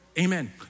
Amen